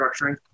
structuring